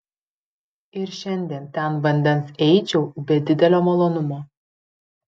ir šiandien ten vandens eičiau be didelio malonumo